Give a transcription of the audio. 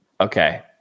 Okay